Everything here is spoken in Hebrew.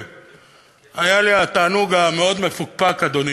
תל-אביב, אדוני,